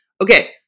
Okay